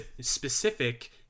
specific